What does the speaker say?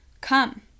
Come